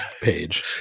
page